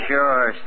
Sure